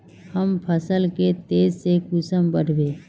हम फसल के तेज से कुंसम बढ़बे?